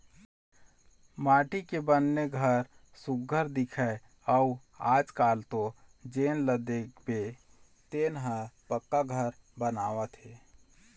माटी के बने घर सुग्घर दिखय अउ आजकाल तो जेन ल देखबे तेन ह पक्का घर बनवावत हे